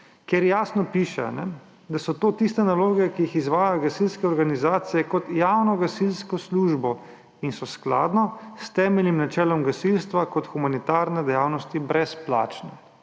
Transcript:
kjer jasno piše, da so to tiste naloge, ki jih izvajajo gasilske organizacije kot javno gasilsko službo in so skladno s temeljnim načelom gasilstva kot humanitarne dejavnosti brezplačne.